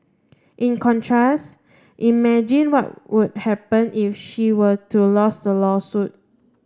in contrast imagine what would happen if she were to lose the lawsuit